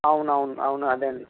అవునవును అవును అదే అండి